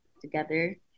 together